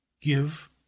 give